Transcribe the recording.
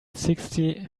sixty